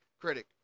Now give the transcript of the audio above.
critic